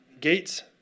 Gates